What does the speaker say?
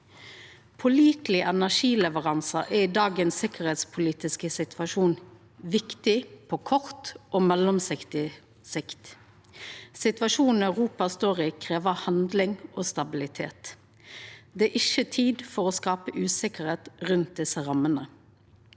Pålitelege energileveransar er i dagens sikkerheitspolitiske situasjon viktige på kort og mellomlang sikt. Situasjonen Europa står i, krev handling og stabilitet. Det er ikkje tida for å skapa usikkerheit rundt desse rammene.